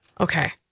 Okay